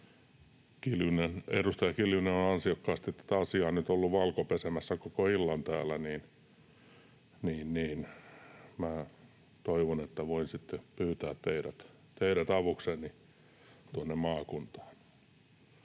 edustaja Kiljunen on ansiokkaasti tätä asiaa nyt ollut valkopesemässä koko illan täällä, toivon, että voin sitten pyytää teidät avukseni tuonne maakuntaan.